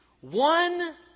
One